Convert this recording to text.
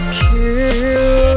kill